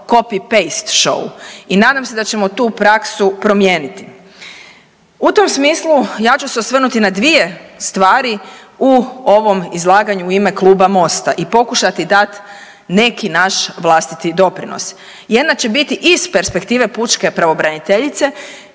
copy paste šou i nadam se da ćemo tu praksu promijeniti. U tom smislu ja ću se osvrnuti na dvije stvari u ovom izlaganju i ime Kluba Mosta i pokušati dat neki naš vlastiti doprinos. Jedna će biti iz perspektive pučke pravobraniteljice